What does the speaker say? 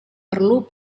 perlu